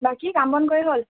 বাকী কাম বন কৰি হ'ল